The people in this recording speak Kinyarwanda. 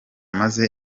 maze